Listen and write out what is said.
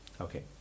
Okay